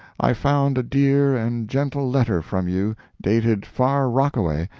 i found a dear and gentle letter from you dated far rockaway,